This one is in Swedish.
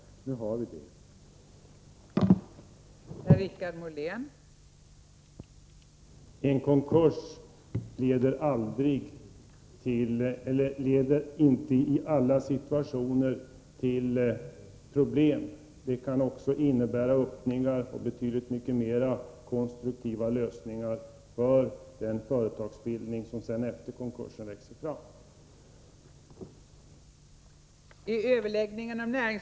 Nu har vi det.